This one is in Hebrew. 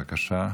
בבקשה.